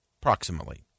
Approximately